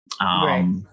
Right